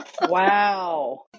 Wow